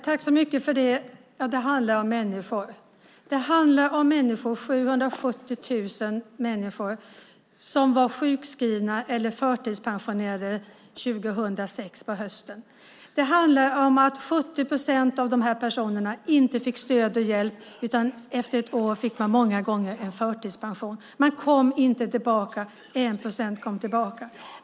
Herr talman! Det handlar om människor. Det handlar om 770 000 människor som var sjukskrivna eller förtidspensionerade på hösten 2006. Det handlar om att 70 procent av de personerna inte fick stöd och hjälp utan många gånger fick en förtidspension efter ett år. De kom inte tillbaka. Det var 1 procent som kom tillbaka.